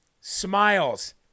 smiles